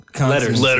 letters